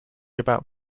about